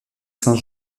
saint